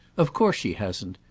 of course she hasn't.